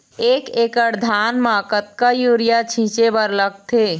एक एकड़ धान म कतका यूरिया छींचे बर लगथे?